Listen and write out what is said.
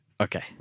Okay